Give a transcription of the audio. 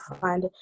find